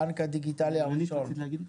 הבנק הדיגיטלי הראשון.